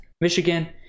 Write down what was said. Michigan